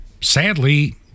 sadly